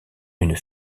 une